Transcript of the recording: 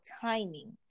timing